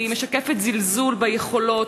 היא משקפת זלזול ביכולות.